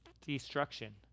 destruction